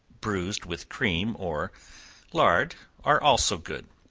bruised with cream or lard, are also good.